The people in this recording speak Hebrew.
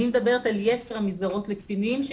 אני מדברת על יתר המסגרות לקטינים.